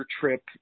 trip